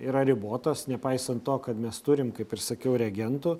yra ribotos nepaisant to kad mes turim kaip ir sakiau reagentų